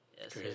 Yes